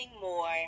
more